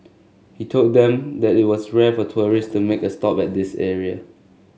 he told them that it was rare for tourists to make a stop at this area